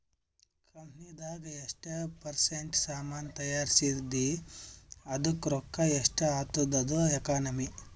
ಕಂಪನಿದಾಗ್ ಎಷ್ಟ ಪರ್ಸೆಂಟ್ ಸಾಮಾನ್ ತೈಯಾರ್ಸಿದಿ ಅದ್ದುಕ್ ರೊಕ್ಕಾ ಎಷ್ಟ ಆತ್ತುದ ಅದು ಎಕನಾಮಿ